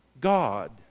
God